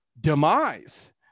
demise